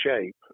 shape